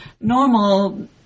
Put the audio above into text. normal